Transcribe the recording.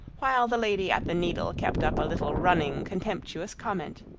while the lady at the needle kept up a little running, contemptuous comment